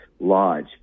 lodge